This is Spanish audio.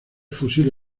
fusil